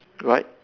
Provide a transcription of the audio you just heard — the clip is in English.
right